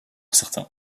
certain